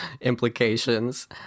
implications